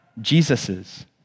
Jesus's